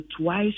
twice